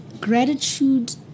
gratitude